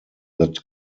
that